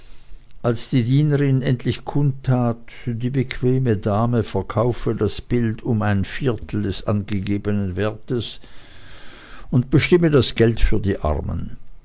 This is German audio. als die dienerin endlich kundtat die bequeme dame verkaufe das bild um ein vierteil des angegebenen wertes und bestimme das geld für die armen